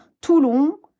Toulon